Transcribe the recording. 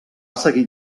seguir